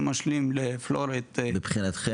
מבחינתכם,